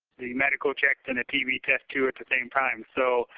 the medical check and the tb test too at the same time. so,